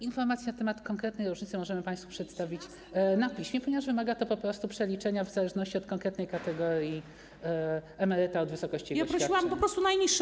Informacje na temat konkretnej różnicy możemy państwu przedstawić na piśmie, ponieważ wymaga to po prostu przeliczenia w zależności od konkretnej kategorii emeryta, od wysokości jego świadczenia.